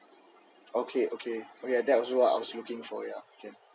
okay okay yeah that was what I was looking for yeah okay